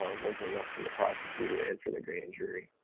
um was enough for the prosecutor and for the grand jury.